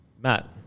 Matt